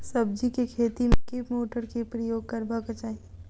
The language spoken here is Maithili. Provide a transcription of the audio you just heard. सब्जी केँ खेती मे केँ मोटर केँ प्रयोग करबाक चाहि?